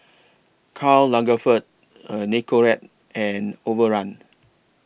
Karl Lagerfeld Nicorette and Overrun